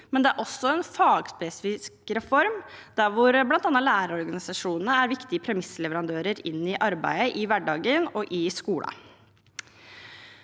og det er en fagspesifikk reform der bl.a. lærerorganisasjonene er viktige premissleverandører inn i arbeidet i hverdagen og i skolen.